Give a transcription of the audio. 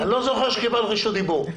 אני לא זוכר שקיבלת רשות דיבור.